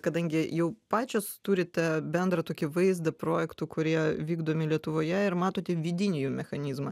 kadangi jau pačios turite bendrą tokį vaizdą projektų kurie vykdomi lietuvoje ir matote vidinį jų mechanizmą